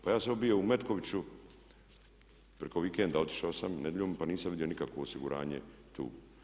Pa ja sam bio u Metkoviću preko vikenda, otišao sam nedjeljom pa nisam vidio nikakvo osiguranje tu.